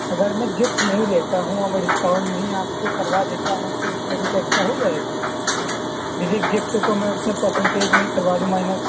اگر میں گفٹ نہیں لیتا ہوں اور میں ڈسکاؤنٹ میں ہی آپ کو کروا دیتا ہوں تو اُس میں کچھ ایکسٹرا ہو جائے گا جیسے گفٹ کو میں اُس میں پرسینٹیج میں کروا دوں مائنس